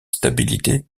stabilité